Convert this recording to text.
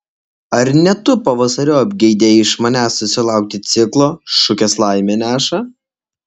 ar ne tu pavasariop geidei iš manęs susilaukti ciklo šukės laimę neša